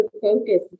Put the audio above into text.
focus